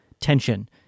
tension